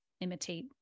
imitate